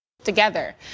together